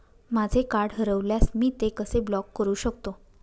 माझे कार्ड हरवल्यास मी ते कसे ब्लॉक करु शकतो?